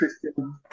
Christian